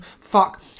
Fuck